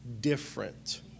different